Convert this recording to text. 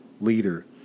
leader